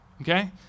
okay